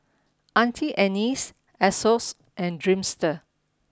Auntie Anne's Asos and Dreamster